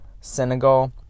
Senegal